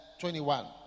21